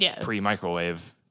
pre-microwave